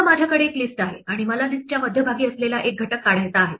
समजा माझ्याकडे एक लिस्ट आहे आणि मला लिस्टच्या मध्यभागी असलेला एक घटक काढायचा आहे